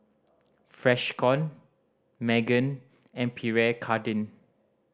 Freshkon Megan and Pierre Cardin